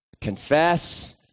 Confess